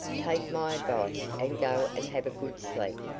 take my advice, and go and have a good sleep,